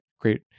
great